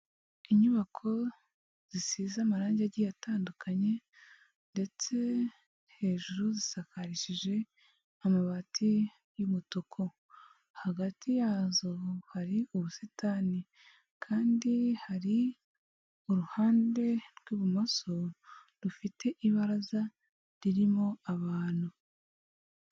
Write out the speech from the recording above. Inyubako zisize amarangi agiye atandukanye ndetse hejuru zisakarishije amabati y'umutuku, hagati yazo hari ubusitani kandi hari uruhande rw'ibumoso rufite ibaraza ririmo abantu.